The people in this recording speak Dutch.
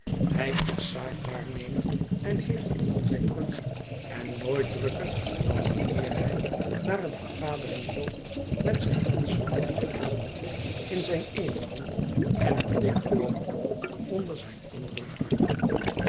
hij is zaakwaarnemer en heeft het altijd druk en nooit drukker dan wanneer hij naar een vergadering loopt met zijn handschoenen gefrommeld in zijn eene hand en een dik rood boek onder zijn anderen arm